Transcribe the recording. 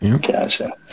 Gotcha